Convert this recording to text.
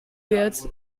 wird